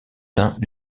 saint